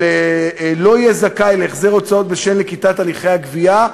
לא יהיה זכאי להחזר הוצאות בשל נקיטת הליכי הגבייה,